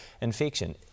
infection